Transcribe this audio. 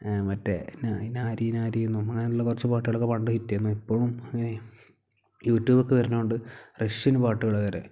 മറ്റേ നാരി നാരി നാരി എന്നും അങ്ങനെയുള്ള കുറച്ചു പാട്ടുകളൊക്കെ പണ്ട് ഹിറ്റായിരുന്നു ഇപ്പോഴും അങ്ങനെ യൂട്യൂബൊക്കെ വരുന്നതു കൊണ്ട് റഷ്യൻ പാട്ടുകൾ വരെ